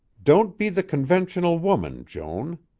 don't be the conventional woman, joan.